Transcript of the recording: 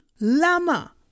lama